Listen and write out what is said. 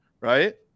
right